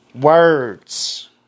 words